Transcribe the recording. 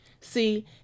See